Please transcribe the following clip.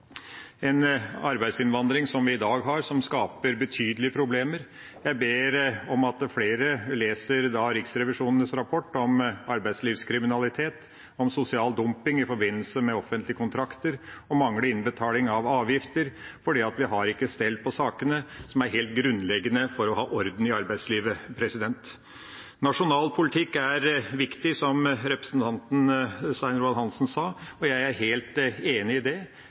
en arbeidsinnvandring som vi har i dag, som skaper betydelige problemer. Jeg ber om at flere leser Riksrevisjonens rapport om arbeidslivskriminalitet, om sosial dumping i forbindelse med offentlige kontrakter og om manglende innbetaling av avgifter fordi vi ikke har sakene på stell, noe som er helt grunnleggende for å ha orden i arbeidslivet. Nasjonal politikk er viktig, som representanten Svein Roald Hansen sa. Jeg er helt enig i det.